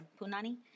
punani